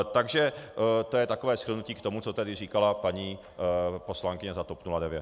Takže to je takové shrnutí k tomu, co tady říkala paní poslankyně za TOP 09.